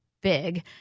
big